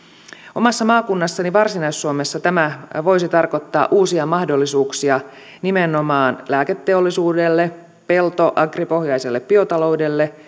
omassa maakunnassani varsinais suomessa tämä voisi tarkoittaa uusia mahdollisuuksia nimenomaan lääketeollisuudelle pelto agripohjaiselle biotaloudelle